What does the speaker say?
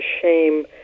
shame